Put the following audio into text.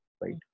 right